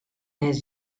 has